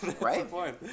right